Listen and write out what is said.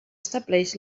establix